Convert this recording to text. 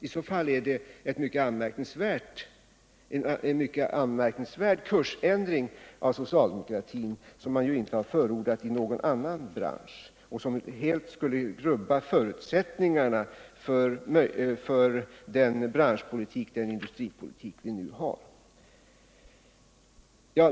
I så fall är det en mycket anmärkningsvärd kursändring av socialdemokratin, som man ju inte har förordat i någon annan bransch och som helt skulle rubba förutsättningarna för den industripolitik vi nu har.